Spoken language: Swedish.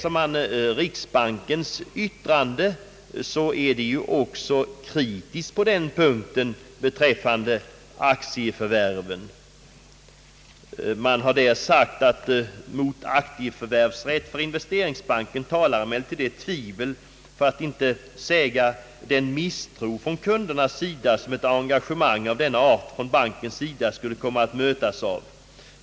Riksbanken, som är kritisk mot aktieförvärvsrätt, säger i sitt yttrande: »Mot aktieförvärvsrätt för investerings banken talar emellertid det tvivel, för att inte säga den misstro från kundernas sida som ett engagemang av denna art från bankens sida skulle komma att mötas av.